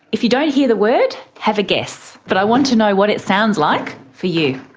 if you don't hear the word, have a guess, but i want to know what it sounds like for you.